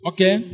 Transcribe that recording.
Okay